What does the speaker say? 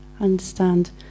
understand